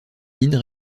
mines